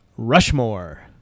Rushmore